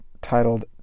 titled